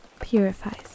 purifies